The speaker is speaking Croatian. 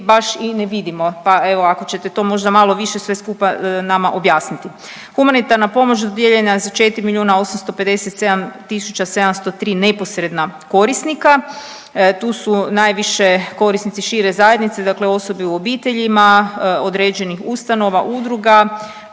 baš i ne vidimo, pa evo ako ćete to možda malo više sve skupa nama objasniti. Humanitarna pomoć dodijeljena je za 4 miljuna 857 tisuća 703 neposredna korisnika, tu su najviše korisnici šire zajednici, dakle osobe u obiteljima, određenih ustanova udruga,